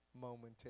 momentary